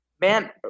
man